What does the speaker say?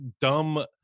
dumb